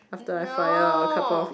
no